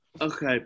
Okay